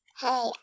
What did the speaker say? Hey